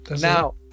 Now